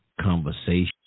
conversation